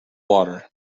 water